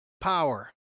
power